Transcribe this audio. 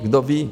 Kdo ví?